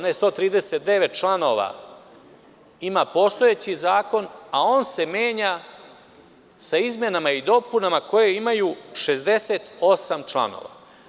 Ne, 139 članova ima postojeći zakon, a on se menja sa izmenama i dopunama koje imaju 68 članova.